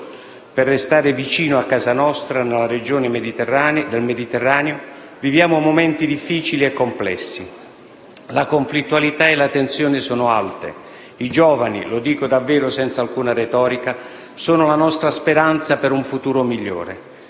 (per restare vicino a casa nostra) nella regione del Mediterraneo viviamo momenti difficili e complessi: la conflittualità e la tensione sono alte. I giovani - lo dico davvero senza alcuna retorica - sono la nostra speranza per un futuro migliore.